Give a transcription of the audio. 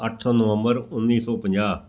ਅੱਠ ਨਵੰਬਰ ਉੱਨੀ ਸੌ ਪੰਜਾਹ